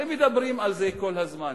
הרי מדברים על זה כל הזמן,